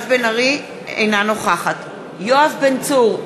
אינה נוכחת יואב בן צור,